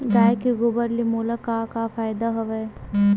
गाय के गोबर ले मोला का का फ़ायदा हवय?